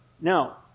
Now